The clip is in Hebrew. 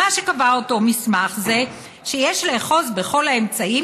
מה שקבע אותו מסמך זה שיש לאחוז בכל האמצעים